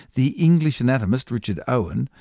the english anatomist, richard owen,